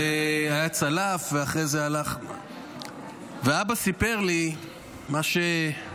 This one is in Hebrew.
הוא היה צלף, והאבא סיפר לי, אתה יודע,